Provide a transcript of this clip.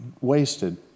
wasted